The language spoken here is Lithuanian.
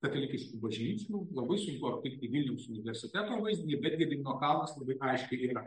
katalikiškų bažnyčių labai sunku aptikti vilniaus universiteto vaizdinį bet gedimino kalnas aiškiai yra